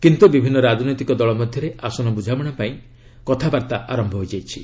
କିନ୍ତୁ ବିଭିନ୍ନ ରାଜନୈତିକ ଦଳ ମଧ୍ୟରେ ଆସନ ବୁଝାମଣା ପାଇଁ କଥାବାର୍ତ୍ତା ଆରନ୍ଥ ହୋଇଯାଇଛି